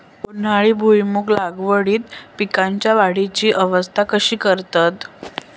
उन्हाळी भुईमूग लागवडीत पीकांच्या वाढीची अवस्था कशी करतत?